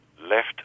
left